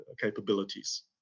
capabilities